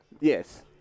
Yes